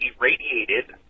irradiated